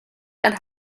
and